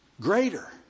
greater